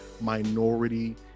minority